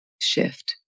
shift